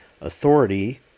authority